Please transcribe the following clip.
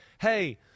hey